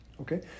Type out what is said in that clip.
okay